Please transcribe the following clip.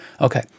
Okay